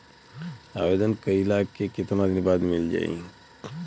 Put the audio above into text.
आवेदन कइला के कितना दिन बाद मिल जाई?